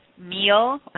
meal